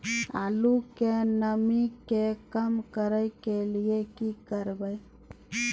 आलू के नमी के कम करय के लिये की करबै?